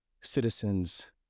citizens